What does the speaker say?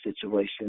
situation